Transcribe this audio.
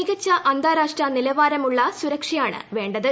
മികച്ച അന്താരാഷ്ട്ര നിലവാരമുള്ള സുരക്ഷയാണ് വേണ്ടത്